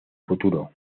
futuro